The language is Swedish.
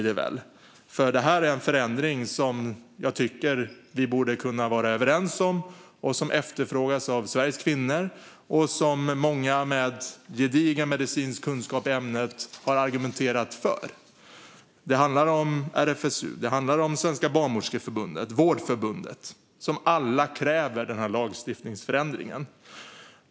Det här är nämligen en förändring som jag tycker att vi borde kunna vara överens om. Den efterfrågas av Sveriges kvinnor, och många med gedigen medicinsk kunskap i ämnet har argumenterat för den. Det handlar om RFSU, om Svenska Barnmorskeförbundet och om Vårdförbundet. De kräver alla den här lagstiftningsändringen.